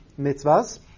mitzvahs